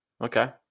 Okay